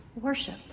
worship